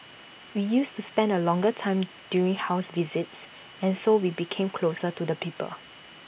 we used to spend A longer time during house visits and so we became closer to the people